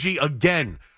again